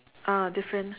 ah different